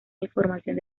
información